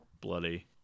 bloody